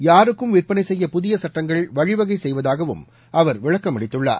யாருக்கும் விற்பனை செய்ய புதிய சட்டங்கள் வழிவகை செய்வதாகவும் அவர் விளக்கமளித்துள்ளார்